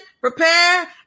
prepare